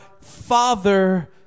Father